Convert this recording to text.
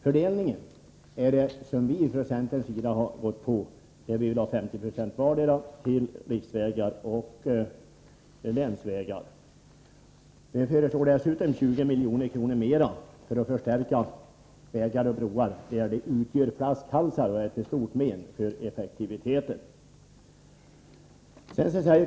När det gäller fördelningen vill vi från centerns sida att riksvägar och länsvägar skall ha 50 96 vardera. Vi föreslår dessutom 20 milj.kr. ytterligare för att förstärka vägar och broar som utgör flaskhalsar och är till stort men för effektiviteten.